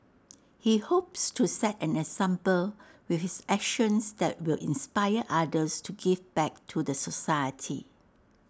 he hopes to set an example with his actions that will inspire others to give back to the society